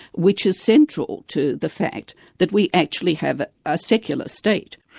which is central to the fact that we actually have a secular state.